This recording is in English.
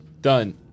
done